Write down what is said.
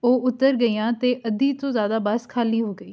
ਉਹ ਉੱਤਰ ਗਈਆਂ ਅਤੇ ਅੱਧੀ ਤੋਂ ਜ਼ਿਆਦਾ ਬੱਸ ਖਾਲੀ ਹੋ ਗਈ